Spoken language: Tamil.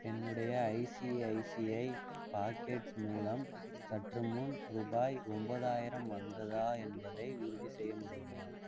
என்னுடைய ஐசிஐசிஐ பாக்கெட்ஸ் மூலம் சற்றுமுன் ரூபாய் ஒன்பதாயிரம் வந்ததா என்பதை உறுதி செய்ய முடியுமா